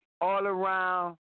all-around